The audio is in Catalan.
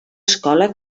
escola